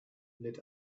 lit